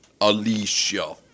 Alicia